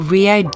Rio